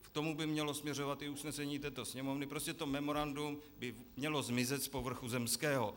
K tomu by mělo směřovat i usnesení této Sněmovny, prostě to memorandum by mělo zmizet z povrchu zemského.